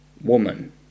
woman